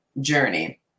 journey